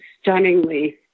stunningly